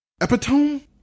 epitome